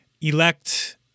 elect